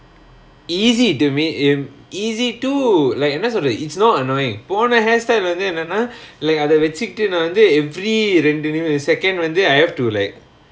easy to maintain easy to like என்னா சொல்றது:enna solrathu it's not annoying போன:pona hairstyle வந்து என்னன்னா:vanthu ennaannaa like அத வச்சிக்கிட்டு நா வந்து:atha vachikittu naa vanthu every ரெண்டு நிமிஷம்:rendu nimisham second வந்து:vanthu I have to like